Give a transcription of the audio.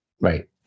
right